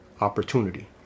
opportunity